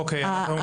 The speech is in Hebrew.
חבר הכנסת,